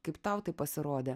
kaip tau tai pasirodė